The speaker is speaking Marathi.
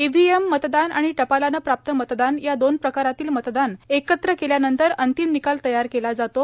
ईव्हीएम मतदान आणि टपालानं प्राप्त मतदान या दोन प्रकारातील मतदान एकत्र केल्यानंतर अंतिम निकाल तयार केला जातो